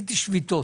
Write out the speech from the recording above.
עשיתי שביתות.